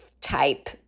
type